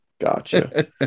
Gotcha